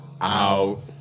out